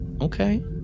Okay